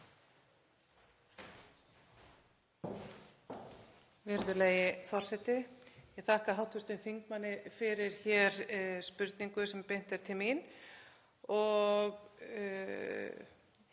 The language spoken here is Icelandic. Virðulegi forseti. Ég þakka hv. þingmanni fyrir spurningu sem beint var til mín.